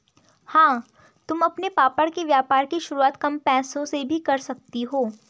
हाँ तुम अपने पापड़ के व्यापार की शुरुआत कम पैसों से भी कर सकती हो